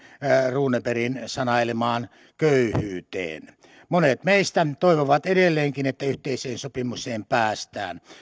runebergin sanailemaan köyhyyteen monet meistä toivovat edelleenkin että yhteiseen sopimukseen päästään